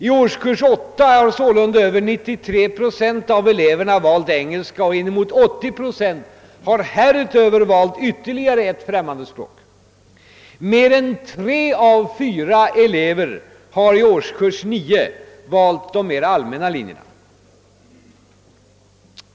I årskurs 8 har sålunda över 93 procent av eleverna valt engelska och inemot 80 procent har härutöver valt ytterligare ett främmande språk. Mer än tre av fyra elever har i årskurs 9 valt de mera allmänna linjerna.